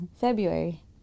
February